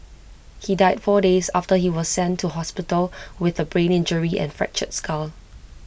he died four days after he was sent to hospital with A brain injury and fractured skull